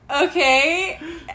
Okay